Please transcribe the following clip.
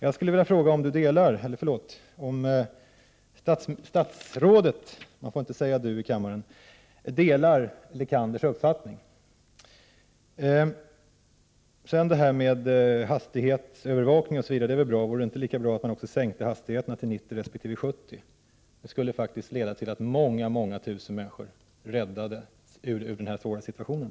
Jag skulle vilja fråga om statsrådet delar Lekanders uppfattning. Detta med hastighetsövervakning är väl bra, men vore det inte lika bra att man sänkte hastigheterna till 90 resp. 70 km i timmen? Det skulle leda till att många tusen människor räddades ur den här situationen.